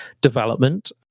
development